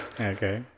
Okay